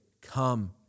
Come